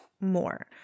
more